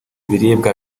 biribwa